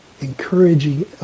encouraging